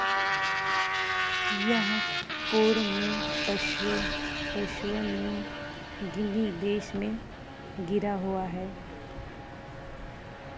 यह पूर्व में पशियो पशियो न्यू गिनी देश में गीरा हुआ है